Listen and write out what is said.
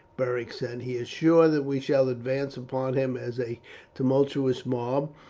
beric said he is sure that we shall advance upon him as a tumultous mob,